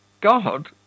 God